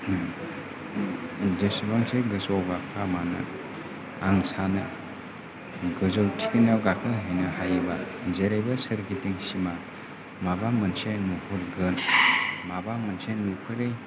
जेसेबांखि गोजौ गाखोआ मानो आं सानो गोजौ थिखिनायाव गाखोहैनो हायोबा जेरैबो सोरगिदिं सिमा माबा मोनसे नुहुरगोन माबा मोनसे नुफेरै